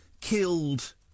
killed